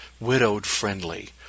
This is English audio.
widowed-friendly